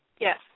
Yes